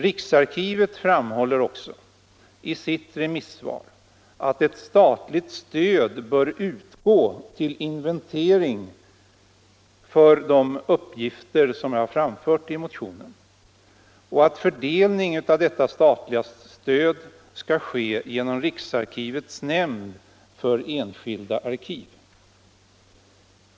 Riksarkivet framhåller också i sitt remissvar att ett statligt stöd bör utgå till inventering för de uppgifter jag angivit i motionen och att fördelningen av detta statliga stöd skall ske genom riksarkivets nämnd för enskilda arkiv.